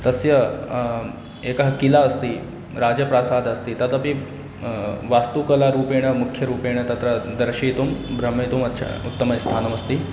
तस्य एकः किला अस्ति राजप्रासादम् अस्ति तदपि वास्तुकलारूपेण मुख्यरूपेण तत्र दर्शितुं भ्रमितुम् अच्च उत्तमस्थानम् अस्ति